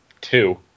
Two